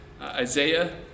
Isaiah